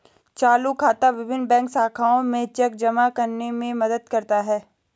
चालू खाता विभिन्न बैंक शाखाओं में चेक जमा करने में मदद करता है